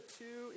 two